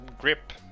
grip